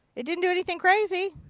it didn't do anything crazy.